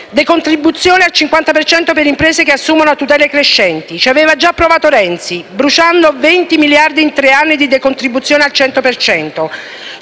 decontribuzione al 50 per cento per imprese che assumono a tutele crescenti. Ci aveva già provato Renzi, bruciando 20 miliardi in tre anni di decontribuzione al 100